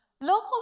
local